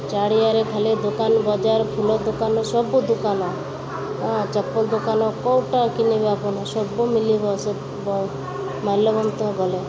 ଚାରିଆଡ଼େ ଖାଲି ଦୋକାନ ବଜାର ଫୁଲ ଦୋକାନ ସବୁ ଦୋକାନ ହଁ ଚପଲ ଦୋକାନ କେଉଁଟା କିଣିବେ ଆପଣ ସବୁ ମିଳିବ ସେ ମାଲ୍ୟବନ୍ତ ଗଲେ